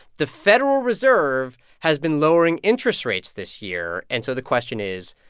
the federal reserve has been lowering interest rates this year. and so the question is,